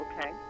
Okay